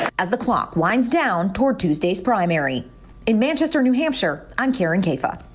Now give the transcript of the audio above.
as the clock winds down toward tuesday's primary in manchester new hampshire, i'm karin caifa.